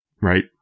Right